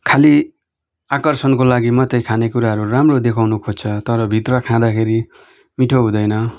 खालि आकर्षणको लागि मात्रै खानेकुराहरू राम्रो देखाउन खोज्छ तर भित्र खाँदाखेरि मिठो हुँदैन